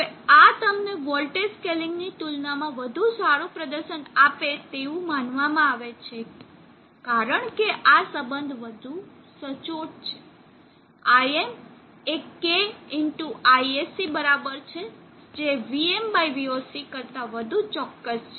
હવે આ તમને વોલ્ટેજ સ્કેલિંગ ની તુલનામાં વધુ સારું પ્રદર્શન આપે તેવું માનવામાં આવે છે કારણ કે આ સંબંધ વધુ સચોટ છે Im એ K ISC બરાબર છે જે vm by voc કરતાં વધુ ચોક્કસ છે